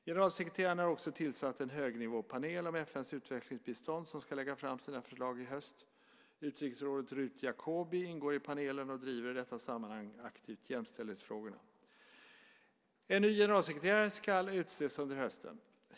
Generalsekreteraren har också tillsatt en högnivåpanel om FN:s utvecklingsbistånd som ska lägga fram sina förslag i höst. Utrikesrådet Ruth Jacoby ingår i panelen och driver i detta sammanhang aktivt jämställdhetsfrågorna. En ny generalsekreterare ska utses under hösten.